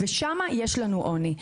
ושם יש עוני.